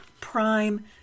prime